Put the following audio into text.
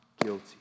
guilty